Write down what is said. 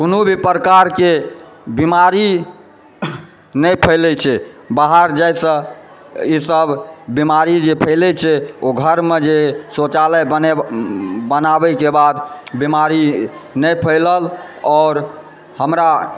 कोनो भी प्रकारके बीमारी नहि फैलै छै बाहर जाइसँ ई सब बीमारी सब फैलै छै आओर घरमे जे शौचालय बनाबैके बाद बीमारी नहि फैलल आओर हमरा